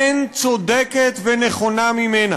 אין צודקת ונכונה ממנה.